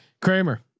Kramer